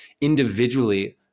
individually